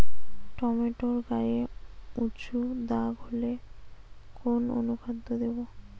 Tomato গায়ে উচু দাগ হলে কোন অনুখাদ্য দেবো?